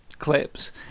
clips